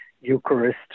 Eucharist